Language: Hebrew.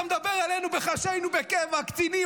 אתה מדבר אלינו, שהיינו בקבע, קצינים?